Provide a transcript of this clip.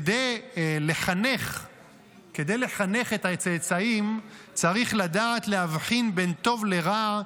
כדי לחנך את הצאצאים צריך לדעת להבחין בין טוב לרע,